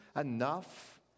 enough